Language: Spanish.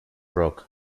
rock